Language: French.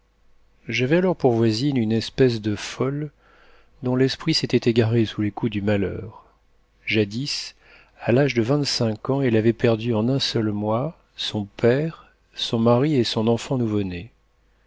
j'avais alors pour voisine une espèce de folle dont l'esprit s'était égaré sous les coups du malheur jadis à l'âge de vingt-cinq ans elle avait perdu en un seul mois son père son mari et son enfant nouveau-né